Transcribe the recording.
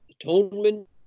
Atonement